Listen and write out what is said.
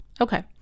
Okay